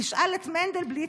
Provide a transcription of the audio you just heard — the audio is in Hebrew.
תשאל את מנדלבליט,